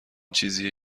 چیزیه